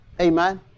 Amen